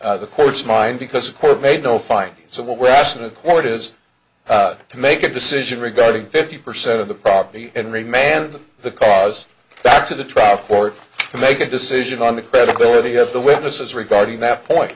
on the court's mind because a court made no fine so what we're asking a court is to make a decision regarding fifty percent of the property and remain and the cause back to the trial for it to make a decision on the credibility of the witnesses regarding that point